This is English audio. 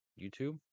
YouTube